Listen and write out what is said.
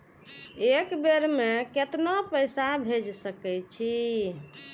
एक बेर में केतना पैसा भेज सके छी?